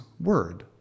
word